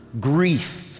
grief